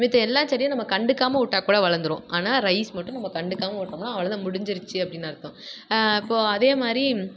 மத்த எல்லா செடியும் நம்ம கண்டுக்காமல் விட்டா கூட வளர்ந்துரும் ஆனால் ரைஸ் மட்டும் நம்ம கண்டுக்காமல் விட்டோம்னா அவ்வளோ தான் முடிஞ்சிடுச்சு அப்படின்னு அர்த்தம் இப்போது அதே மாதிரி